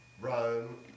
Rome